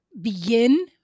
begin